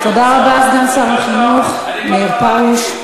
תודה רבה, סגן שר החינוך מאיר פרוש.